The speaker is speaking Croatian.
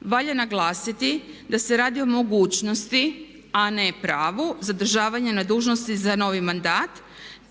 Valja naglasiti da se radi o mogućnosti a ne pravu zadržavanja na dužnosti za novi mandat